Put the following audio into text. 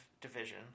division